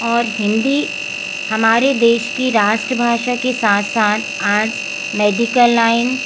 और हिंदी हमारे देश की राष्ट्रभाषा की साथ साथ आज मेडिकल लाइन